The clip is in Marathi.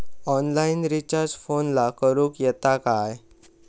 ऑनलाइन रिचार्ज फोनला करूक येता काय?